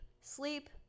Sleep